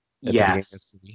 yes